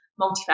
multifaceted